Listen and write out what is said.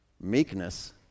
meekness